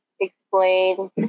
explain